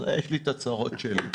יש לי את הצרות שלי.